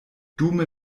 dume